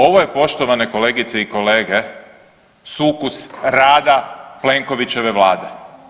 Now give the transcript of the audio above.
Ovo je poštovane kolegice i kolege sukus rada Plenkovićeve Vlade.